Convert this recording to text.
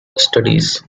studies